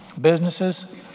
businesses